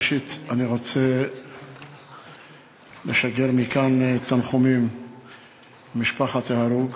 ראשית, אני רוצה לשגר מכאן תנחומים למשפחת ההרוג,